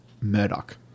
Murdoch